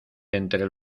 entre